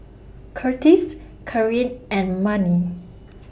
Kurtis Kareen and Manie